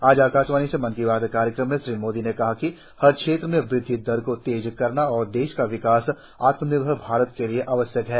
आज आकाशवाणी से मन की बात कार्यक्रम में श्री मोदी ने कहा कि हर क्षेत्र में वृद्धि दर को तेज़ करना और देश का विकास आत्मनिर्भर भारत के लिए आवश्यक है